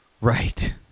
Right